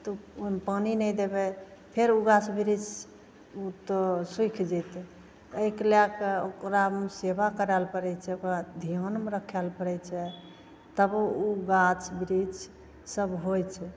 तऽ ओ ओहिमे पानि नहि देबै फेर ओ गाछ बिरिछ तऽ सुखि जैतै आइकाल्हिके ओकरामे सेबा करै लए पड़ैत छै ओकरा ध्यानमे रखै लए पड़ै छै तब ओ गाछ बिरिछ सब होइत छै